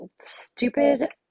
stupid